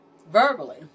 Verbally